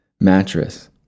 mattress